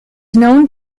known